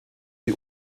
die